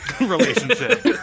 relationship